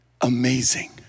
Amazing